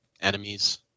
enemies